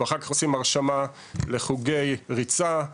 אחר כך עושים הרשמה לחוגי ריצה,